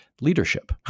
leadership